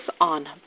on